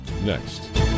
next